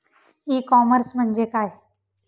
E commerce म्हणजे काय?